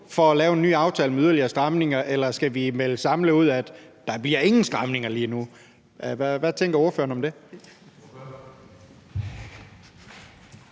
at få lavet en ny aftale med yderligere stramninger, eller om man skal melde samlet ud, at der ingen stramninger bliver lige nu? Hvad tænker ordføreren om det?